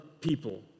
people